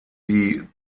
wie